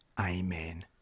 Amen